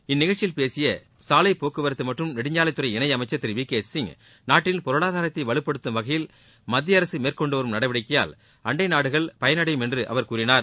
இந்நிகழ்ச்சியில் பேசிய சாலைபோக்குவரத்து மற்றும் நெடுஞ்சாலைத்துறை இணையமைச்சர் திரு வி கே சிங் நாட்டின் பொருளாதாரத்தை வலுப்படுத்தும் வகையில் மத்திய அரசு மேற்கொண்டு வரும் நடவடிக்கைகளால் அண்டை நாடுகள் பயனடையும் என்று அவர் கூறினார்